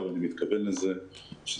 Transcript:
אבל הלוואות ללא ריבית שעל זה אנחנו חייבים